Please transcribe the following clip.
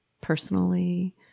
personally